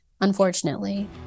unfortunately